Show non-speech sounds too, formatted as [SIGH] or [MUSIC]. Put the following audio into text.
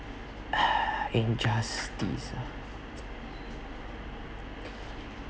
[NOISE] injustice ah